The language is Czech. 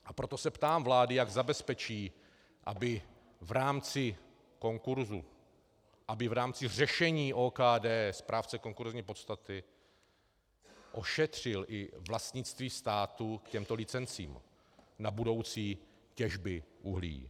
A proto se ptám vlády, jak zabezpečí, aby v rámci konkurzu, aby v rámci řešení OKD správce konkurzní podstaty ošetřil i vlastnictví státu k těmto licencím na budoucí těžby uhlí.